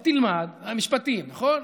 ותלמד, משפטים, נכון?